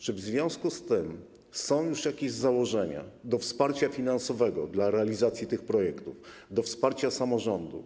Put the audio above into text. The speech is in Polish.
Czy w związku z tym są już jakieś założenia dotyczące wsparcia finansowego dla realizacji tych projektów, wsparcia samorządów?